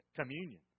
communion